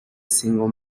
single